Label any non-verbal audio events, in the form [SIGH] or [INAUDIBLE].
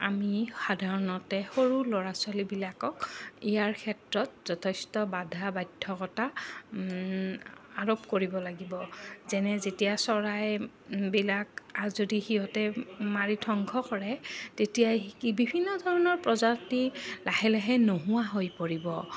আমি সাধাৰণতে সৰু ল'ৰা ছোৱালীবিলাকক ইয়াৰ ক্ষেত্ৰত যথেষ্ট বাধা বাধ্যকতা আৰোপ কৰিব লাগিব যেনে যেতিয়া চৰাইবিলাক যদি সিহঁতে মাৰি ধংস কৰে তেতিয়াই [UNINTELLIGIBLE] বিভিন্ন ধৰণৰ প্ৰজাতি লাহে লাহে নোহোৱা হৈ পৰিব